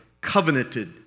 covenanted